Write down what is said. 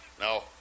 No